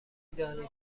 دانید